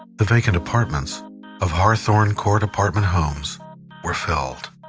the vacant apartments of hawthorne court apartment homes were filled.